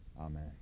amen